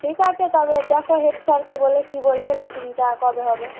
ঠিক আছে তবে দেখো হেড স্যারকে বলে কী বলছে মিটিংটা কবে হবে